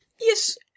yes